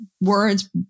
words